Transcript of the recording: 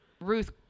Ruth